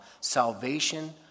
salvation